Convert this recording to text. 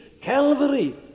Calvary